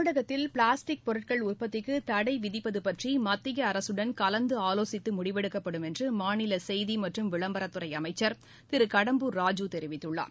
தமிழகத்தில் பிளாஸ்டிக் பொருட்கள் உற்பத்திக்கு தடை விதிப்பது பற்றி மத்திய அரசுடன் கலந்து ஆலோசித்து முடிவெடுக்கப்படும் என்று மாநில செய்தி மற்றும் விளம்பரத்துறை அமைச்சள் திரு கடம்பூர் ராஜு தெரிவித்துள்ளார்